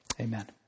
Amen